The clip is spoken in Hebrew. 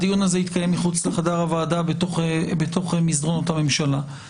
הדיון הזה יתקיים מחוץ לחדר הוועדה במסדרונות הממשלה.